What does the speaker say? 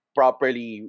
properly